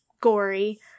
gory